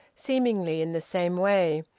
seemingly in the same way,